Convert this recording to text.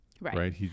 Right